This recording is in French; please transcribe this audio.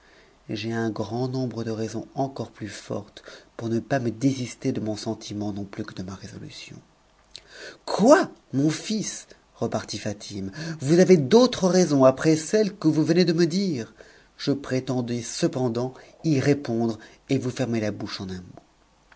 j'ai un grand nombre de raisons m core plus fortes pour ne pas me désister de mon sentiment non plus que de ma résolution quoi mon fils repartit fatime vous avez d'autres raisons aprj s celles que vous venez de me dire je prétendais cependant vous y répondre et vous fermer ta bouche en un mot